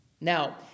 Now